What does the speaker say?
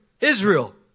israel